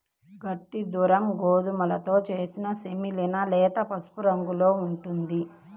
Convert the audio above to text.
గట్టి దురుమ్ గోధుమతో చేసిన సెమోలినా లేత పసుపు రంగులో ఉంటుంది